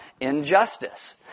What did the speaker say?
injustice